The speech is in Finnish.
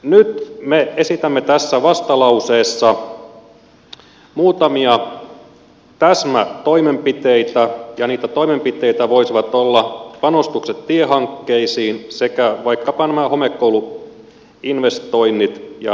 nyt me esitämme tässä vastalauseessa muutamia täsmätoimenpiteitä ja niitä toimenpiteitä voisivat olla panostukset tiehankkeisiin sekä vaikkapa nämä homekouluinvestoinnit ja ne kunnostukset